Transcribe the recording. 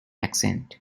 accent